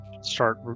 start